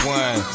one